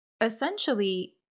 essentially